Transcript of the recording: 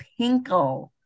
Pinkle